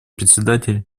председатель